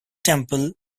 temple